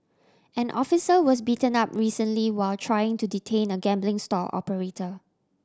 an officer was beaten up recently while trying to detain a gambling stall operator